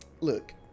Look